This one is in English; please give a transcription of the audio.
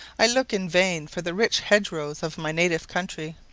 i look in vain for the rich hedge rows of my native country.